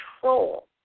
control